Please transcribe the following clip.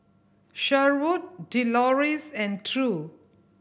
Sherwood Deloris and True